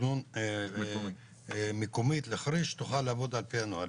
תכנון מקומית לחריש שתוכל לעבוד לפי הנהלים.